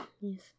Yes